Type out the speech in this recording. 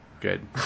Good